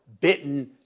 bitten